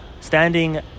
standing